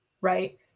right